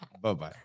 bye-bye